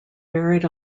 buried